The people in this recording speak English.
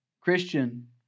Christian